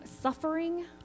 suffering